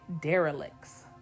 derelicts